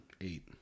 Eight